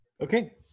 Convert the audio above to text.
Okay